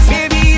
Baby